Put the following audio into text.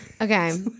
Okay